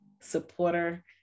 supporter